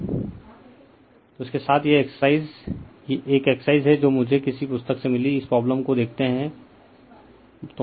refer slide time 3311 तो इसके साथ यह एक्सरसाइज एक एक्सरसाइज है जो मुझे किसी पुस्तक से मिली इस प्रॉब्लम को देखते हुए है